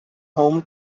home